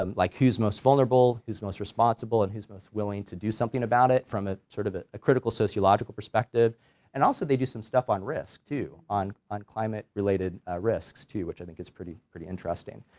um like who's most vulnerable, who's most responsible, and who's most willing to do something about it from a, sort of a critical sociological perspective and also they do some stuff on risk too on on climate-related risks too which i think is pretty pretty interesting.